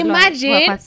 Imagine